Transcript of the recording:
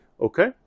Okay